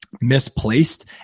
misplaced